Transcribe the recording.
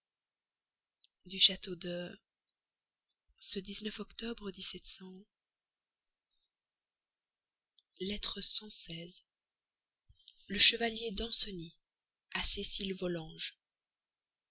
du château de ce octobre lettre le chevalier danceny à cécile volanges